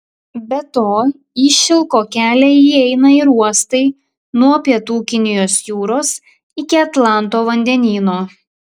be to į šilko kelią įeina ir uostai nuo pietų kinijos jūros iki atlanto vandenyno